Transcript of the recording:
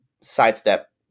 sidestep